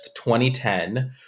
2010